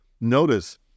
Notice